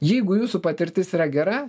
jeigu jūsų patirtis yra gera